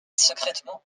secrètement